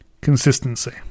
Consistency